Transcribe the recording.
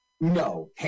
No